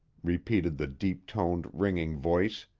repeated the deep-toned, ringing voice,